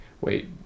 Wait